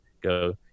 go